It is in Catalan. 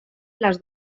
les